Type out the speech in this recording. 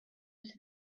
into